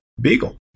Beagle